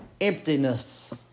emptiness